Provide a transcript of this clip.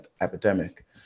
epidemic